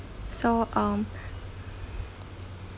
so um